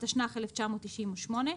התשנ"ח-1998,